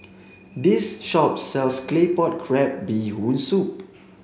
this shop sells claypot crab bee hoon soup